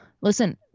listen